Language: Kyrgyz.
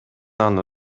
аны